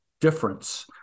difference